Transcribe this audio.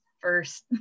first